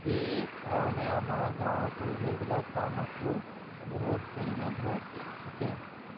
সেই কাৰণে আমাৰ গাঁৱৰ পৰিৱেশবিলাক টাউনতকৈ বহুত উন্নত হৈ থাকে